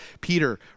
Peter